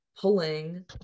pulling